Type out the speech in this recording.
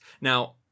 Now